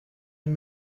een